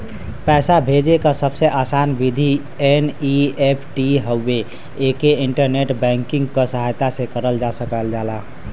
पैसा भेजे क सबसे आसान विधि एन.ई.एफ.टी हउवे एके इंटरनेट बैंकिंग क सहायता से करल जा सकल जाला